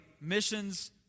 missions